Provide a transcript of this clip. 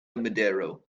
madero